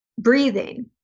Breathing